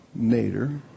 Nader